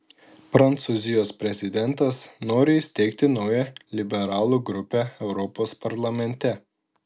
prancūzijos prezidentas nori įsteigti naują liberalų grupę europos parlamente